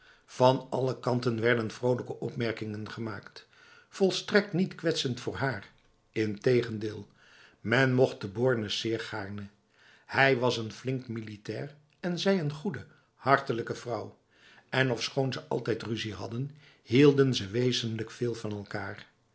van alle kanten werden vrolijke opmerkingen gemaakt volstrekt niet kwetsend voor haar integendeel men mocht de bornes zeer gaarne hij was n flink militair en zij een goede hartelijke vrouw en ofschoon ze altijd ruzie hadden hielden ze wezenlijk veel van elkaar